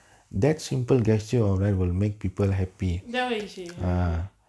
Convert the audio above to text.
there why see